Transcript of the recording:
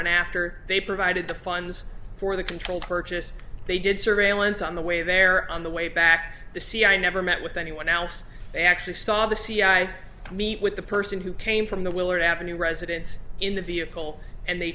and after they provided the funds for the controlled purchase they did surveillance on the way there on the way back the cia never met with anyone else they actually saw the cia meet with the person who came from the willard avenue residence in the vehicle and they